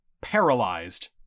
paralyzed